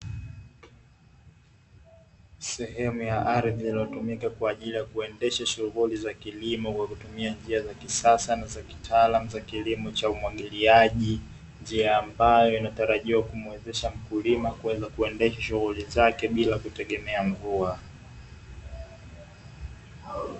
Sehemu ya ardhi inayotumika kuendesha shughuli za kilimo kwa kutumia njia za kisasa na zakitaalamu za kilimo cha umwagiliaji, njia ambayo inatarajiwa kumuwezesha mkulima kuweza kuendesha shughuli zake bila kutegemea mvua.